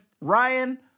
Ryan